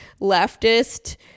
leftist